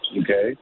okay